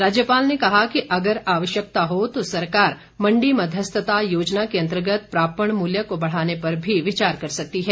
राज्यपाल ने कहा कि अगर आवश्यकता हो तो सरकार मण्डी मध्यस्थता योजना के अंतर्गत प्रापण मूल्य को बढ़ाने पर भी विचार कर सकती है